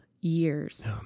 years